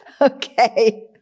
Okay